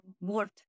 worth